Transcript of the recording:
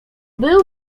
był